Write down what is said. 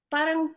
Parang